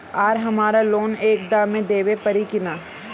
आर हमारा लोन एक दा मे देवे परी किना?